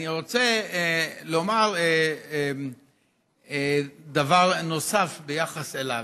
אני רוצה לומר דבר נוסף עליו.